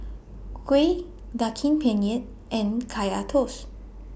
Kuih Daging Penyet and Kaya Toast